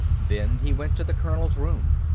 then he went to the colonel's room.